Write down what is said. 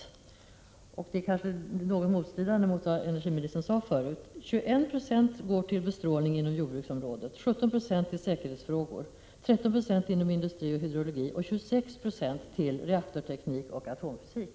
Detta står på s. 13 i rapporten och strider kanske något mot vad energiministern sade förut: 21 9 går till bestrålning inom jordbruksområdet, 17 0 till säkerhetsfrågor, 13 Yo till industri och hydrologi och 26 Io till reaktorteknik och atomfysik.